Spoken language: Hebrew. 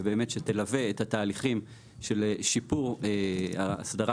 ובאמת שתלווה את התהליכים של שיפור האסדרה